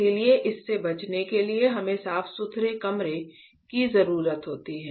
इसलिए इससे बचने के लिए हमें साफ सुथरे कमरे की जरूरत होती है